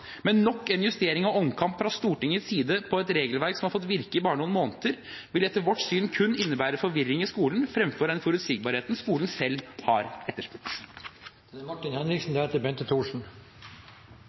Men nok en justering og omkamp fra Stortingets side om et regelverk som har fått virke i bare noen måneder, vil etter vårt syn kun innebære forvirring i skolen fremfor den forutsigbarheten skolen selv har